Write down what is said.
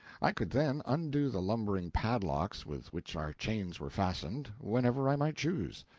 i could then undo the lumbering padlocks with which our chains were fastened, whenever i might choose.